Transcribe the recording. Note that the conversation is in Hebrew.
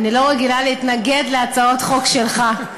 אני לא רגילה להתנגד להצעות חוק שלך.